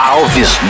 Alves